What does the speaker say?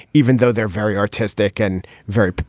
even though they're very artistic and very.